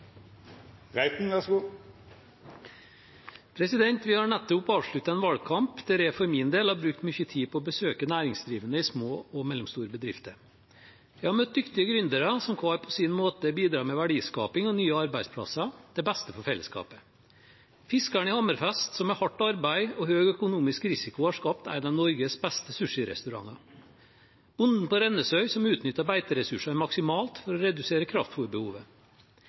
kl. 20.09. Så dette går nokolunde bra. Vi har nettopp avsluttet en valgkamp der jeg for min del har brukt mye tid på å besøke næringsdrivende i små og mellomstore bedrifter. Jeg har møtt dyktige gründere som hver på sin måte bidrar med verdiskaping og nye arbeidsplasser til beste for fellesskapet: fiskeren i Hammerfest, som med hardt arbeid og høy økonomisk risiko har skapt en av Norges beste sushirestauranter, bonden på Rennesøy, som utnytter beiteressursene maksimalt for å redusere